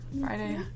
Friday